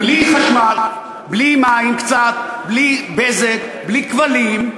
בלי חשמל, בלי מים קצת, בלי "בזק", בלי כבלים,